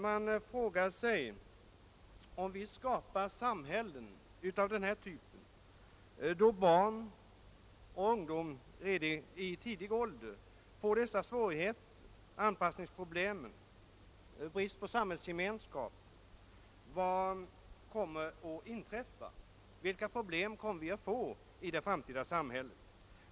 Man frågar sig: Om vi skapar samhällen av denna typ, där barn och ungdom redan i tidig ålder får svårigheter — anpassningsproblem, brist på samhällsgemenskap — vad kommer då att inträffa? Vilka problem kommer vi att få i det framtida samhället?